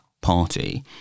party